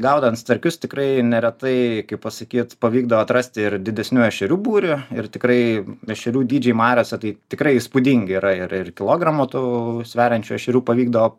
gaudant starkius tikrai neretai kaip pasakyt pavykdavo atrasti ir didesnių ešerių būrį ir tikrai ešerių dydžiai mariose tai tikrai įspūdingi yra ir kilogramo tų sveriančių ešerių pavykdavo